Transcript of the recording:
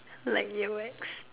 like ear wax